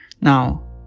Now